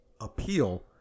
appeal